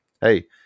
hey